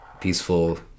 peaceful